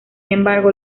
embargo